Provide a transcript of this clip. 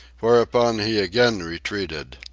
whereupon he again retreated.